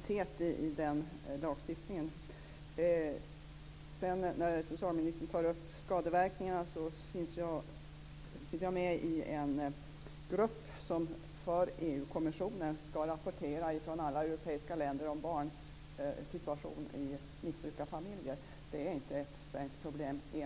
Herr talman! Det är bra att det finns en stabilitet i lagstiftningen. När socialministern tar upp skadeverkningarna kan jag nämna att jag sitter med i en grupp som för EU-kommissionens räkning skall rapportera från alla europeiska länder om barns situation i missbrukarfamiljer. Det här är inte enbart ett svenskt problem. Det